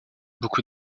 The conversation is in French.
beaucoup